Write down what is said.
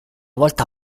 volta